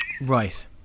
right